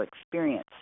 experience